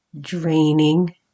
draining